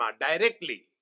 directly